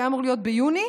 שאמור היה להיות ביוני,